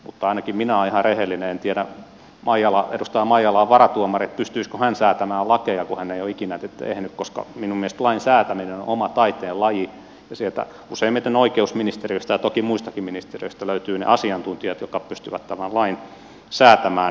mutta ainakin minä olen ihan rehellinen edustaja maijala on varatuomari en tiedä pystyisikö hän säätämään lakeja kun hän ei ole ikinä niitä tehnyt koska minun mielestäni lain säätäminen on oma taiteenlaji ja useimmiten oikeusministeriöstä ja toki muistakin ministeriöistä löytyvät ne asiantuntijat jotka pystyvät lain säätämään